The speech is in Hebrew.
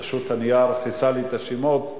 פשוט, הנייר כיסה לי את השמות,